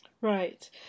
right